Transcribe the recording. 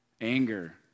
Anger